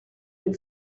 had